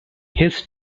his